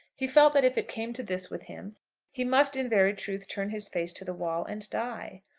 he felt that if it came to this with him he must in very truth turn his face to the wall and die.